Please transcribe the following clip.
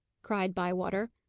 cried bywater.